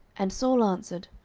and saul answered,